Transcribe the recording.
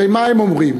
הרי מה הם אומרים,